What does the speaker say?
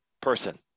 person